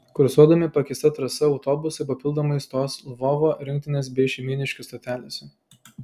kursuodami pakeista trasa autobusai papildomai stos lvovo rinktinės bei šeimyniškių stotelėse